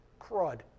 crud